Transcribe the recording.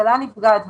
הכלכלה נפגעת,